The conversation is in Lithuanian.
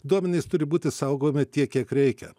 duomenys turi būti saugomi tiek kiek reikia